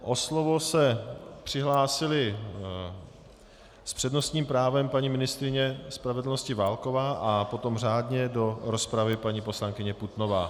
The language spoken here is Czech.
O slovo se přihlásila s přednostním právem paní ministryně spravedlnosti Válková a potom řádně do rozpravy paní poslankyně Putnová.